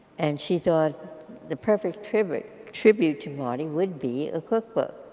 and she thought the perfect tribute tribute to marty would be a cook book.